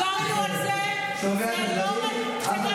היושב-ראש.